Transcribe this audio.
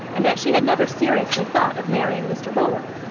and that she had never seriously thought of marrying mr. bowling.